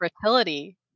fertility